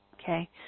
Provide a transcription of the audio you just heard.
okay